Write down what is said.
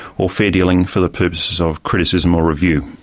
or fair-dealing for the purposes of criticism or review.